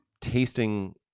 tasting